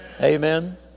Amen